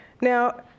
Now